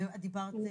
ודיברת,